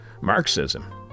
Marxism